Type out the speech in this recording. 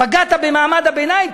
פגעת במעמד הביניים?